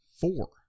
Four